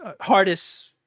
Hardest